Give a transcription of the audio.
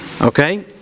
Okay